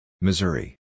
Missouri